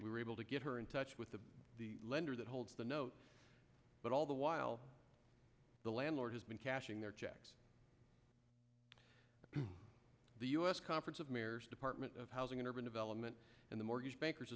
we were able to get her in touch with the lender that holds the note but all the while the landlord has been cashing their checks the u s conference of mayors department of housing and urban development and the mortgage bankers